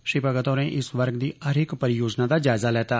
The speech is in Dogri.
श्री भगत होरें इस वर्ग दी हरेक परियोजना दा जायज़ा लैता